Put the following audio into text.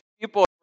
people